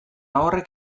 horrek